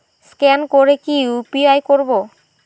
Scan করে কি করে ইউ.পি.আই করবো?